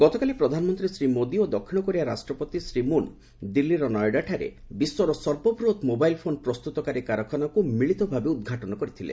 ଗତକାଲି ପ୍ରଧାନମନ୍ତ୍ରୀ ଶ୍ରୀ ମୋଦି ଓ ଦକ୍ଷିଣ କୋରିଆ ରାଷ୍ଟ୍ରପତି ଶ୍ରୀ ମୁନ୍ ଦିଲ୍ଲୀର ନଇଡାଠାରେ ବିଶ୍ୱର ସର୍ବବୃହତ୍ ମୋବାଇଲ୍ ଫୋନ୍ ପ୍ରସ୍ତୁତକାରୀ କାରଖାନାକୁ ମିଳିତ ଭାବେ ଉଦ୍ଘାଟନ କରିଥିଲେ